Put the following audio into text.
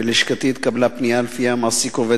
בלשכתי התקבלה פנייה שלפיה המעסיק עובד